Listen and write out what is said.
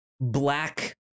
black